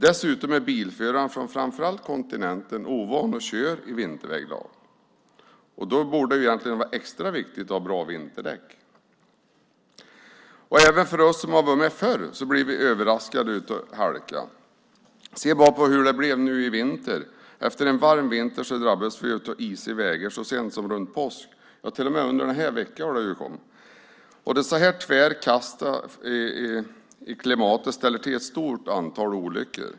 Dessutom är bilförare från framför allt kontinenten ovana att köra i vinterväglag, och då borde det egentligen vara extra viktigt att ha bra vinterdäck. Även vi som har varit med förr blir överraskade av halkan. Se bara hur det blev nu i vinter! Efter en varm vinter drabbades vi av isiga vägar så sent som runt påsk, och till och med under den här veckan. När det är så tvära kast i klimatet ställer det till ett stort antal olyckor.